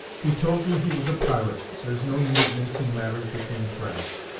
he told you he was a pirate there is no need of mincing matters between friends.